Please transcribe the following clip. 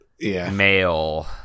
male